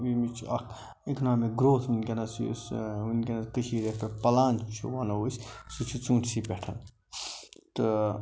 ییٚمِچ اَکھ economic growth وُنکٮ۪نس یُس وُنکٮ۪نس کٔشیٖر یَتھ پٮ۪ٹھ پَلان سُہ وَنو أسۍ سُہ چھُ ژوٗنٹھسٕے پٮ۪ٹھ تہٕ